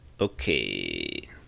Okay